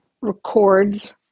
records